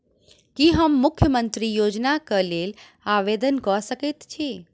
की हम मुख्यमंत्री योजना केँ लेल आवेदन कऽ सकैत छी?